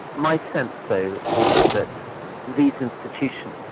my sense though is that these institutions,